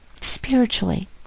spiritually